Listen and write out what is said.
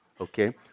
Okay